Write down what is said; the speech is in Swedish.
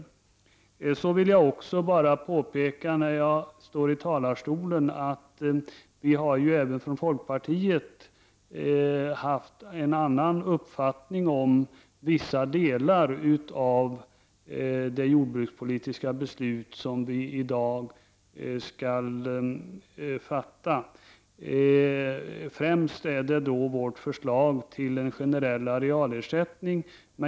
Jag vill också när jag ändå står i talarstolen påpeka att även vi i folkpartiet har haft en annan uppfattning om vissa delar av det jordbrukspolitiska beslut som vi i dag skall fatta. Främst gäller det vårt förslag till en generell arealersättning.